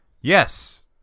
Yes